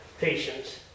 patience